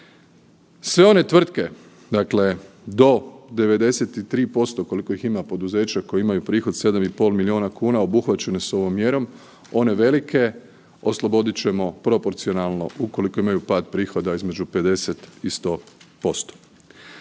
Sve one tvrtke, dakle do 93% koliko ih ima poduzeća koji imaju prihod 7,5 milijuna kuna, obuhvaćene su ovom mjerom, one velike oslobodit ćemo proporcionalno ukoliko imaju pad prihoda između 50 i 100%.